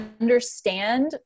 understand